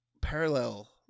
parallel